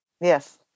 Yes